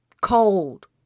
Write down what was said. cold